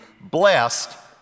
Blessed